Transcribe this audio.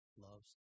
loves